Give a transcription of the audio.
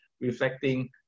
reflecting